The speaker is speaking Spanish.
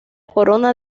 corona